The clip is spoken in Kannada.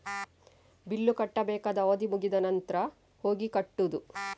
ಬಿಲ್ಲು ಕಟ್ಟಬೇಕಾದ ಅವಧಿ ಮುಗಿದ ನಂತ್ರ ಹೋಗಿ ಹಣ ಕಟ್ಟುದು